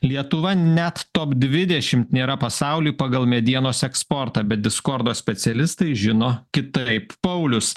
lietuva net top dvidešim nėra pasauly pagal medienos eksportą bet diskordo specialistai žino kitaip paulius